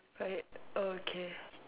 tired okay